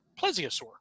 plesiosaur